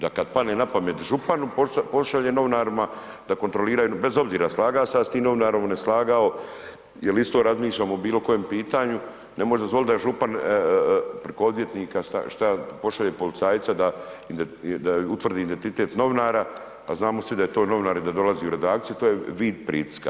Da kad padne napamet županu pošalje novinarima da kontroliraju, bez obzira slaga se ja s tim novinarom ili ne slagao, jer isto razmišljamo o bilo kojem pitanju, ne može se dozvolit da je župan preko odvjetnika šta pošalje policajca da utvrdi identitet novinara, a znamo svi da je to novinar i da dolazi u redakciju, to je vid pritiska.